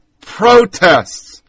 protests